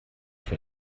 für